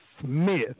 Smith